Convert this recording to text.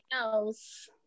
else